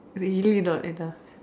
really not enough